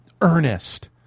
earnest